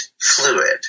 fluid